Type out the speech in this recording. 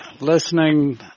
listening